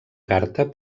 carta